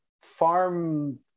farm